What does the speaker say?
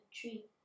Tree